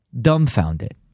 dumbfounded